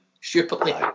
stupidly